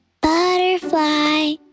Butterfly